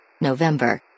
November